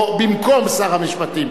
או במקום שר המשפטים,